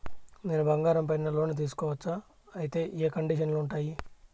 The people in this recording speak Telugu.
నేను బంగారం పైన లోను తీసుకోవచ్చా? అయితే ఏ కండిషన్లు ఉంటాయి?